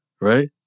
Right